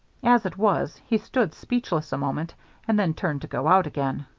as it was, he stood speechless a moment and then turned to go out again.